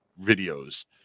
videos